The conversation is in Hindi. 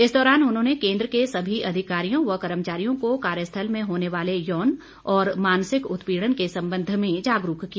इस दौरान उन्होंने केंद्र के सभी अधिकारियों व कर्मचारियों को कार्यस्थल में होने वाले यौन और मानसिक उत्पीड़न के संबंध में जागरूक किया